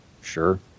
sure